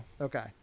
Okay